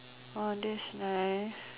oh that's nice